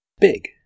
Big